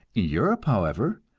europe, however,